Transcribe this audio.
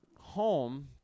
home